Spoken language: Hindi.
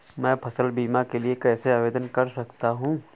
मैं फसल बीमा के लिए कैसे आवेदन कर सकता हूँ?